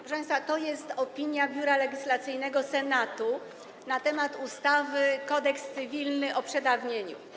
Proszę państwa, to jest opinia Biura Legislacyjnego Senatu na temat ustawy Kodeks cywilny, o przedawnieniu.